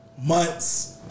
months